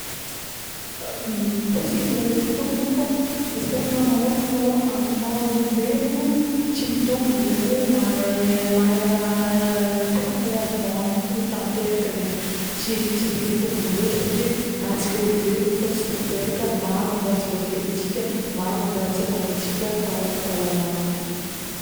˂noise˃ possible mety itombogno fô, izy ka amina magnokagna malôha, amin'ny maha olombelogno tsy mitombogno zegny hoe mahay raha tegna le azognao antoko tanteraka zegny tsy, tsy de mitombogno lôtra satria, na tsika olombelogno fô tsy tanteraka, maro ny raha tsy voafehintsika, maro ny raha tsy hagnanantsika fahalalagna